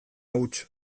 huts